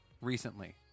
recently